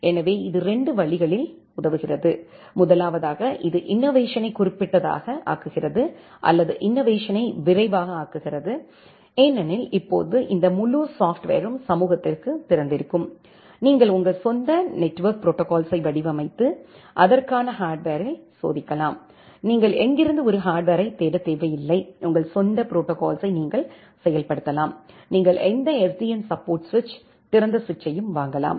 எனவே இது 2 வழிகளில் உதவுகிறது முதலாவதாக இது இன்னோவேஷனை குறிப்பிட்டதாக ஆக்குகிறது அல்லது இன்னோவேஷனை விரைவாக ஆக்குகிறது ஏனெனில் இப்போது இந்த முழு சாப்ட்வரும் சமூகத்திற்கு திறந்திருக்கும் நீங்கள் உங்கள் சொந்த நெட்வொர்க் ப்ரோடோகால்ஸ்யை வடிவமைத்து அதற்கான ஹார்ட்வரில் சோதிக்கலாம் நீங்கள் எங்கிருந்து ஒரு ஹார்ட்வரைத் தேடத் தேவையில்லை உங்கள் சொந்த ப்ரோடோகால்ஸ்யை நீங்கள் செயல்படுத்தலாம் நீங்கள் எந்த SDN சப்போர்ட் சுவிட்ச் திறந்த சுவிட்சையும் வாங்கலாம்